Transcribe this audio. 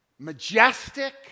Majestic